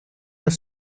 that